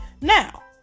Now